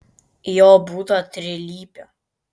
jo būta trilypio